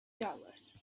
dollars